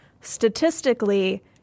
Statistically